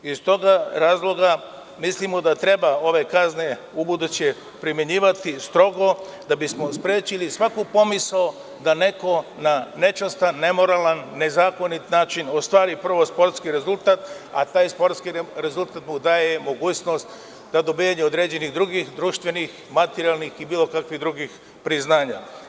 Iz tog razloga mislimo da treba ove kazne u buduće primenjivati strogo, da bismo sprečili svaku pomisao da neko na nečastan, nemoralan, nezakonit način ostvari, prvo sportski rezultat, a taj sportski rezultat daje mogućnost dobijanje određenih drugih društvenih, materijalnih i bilo kakvih drugih priznanja.